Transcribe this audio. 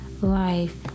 life